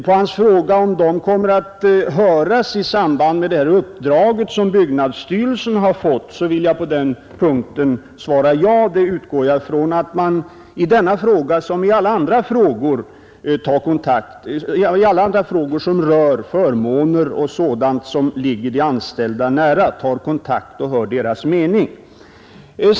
På hans fråga om de kommer att höras i samband med det uppdrag som byggnadsstyrelsen har fått vill jag svara ja. Jag utgår från att man i denna fråga som i alla andra frågor, som rör förmåner och sådant som ligger de anställda nära, tar kontakt och hör deras mening.